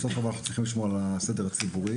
אבל אנחנו צריכים לשמור על הסדר הציבורי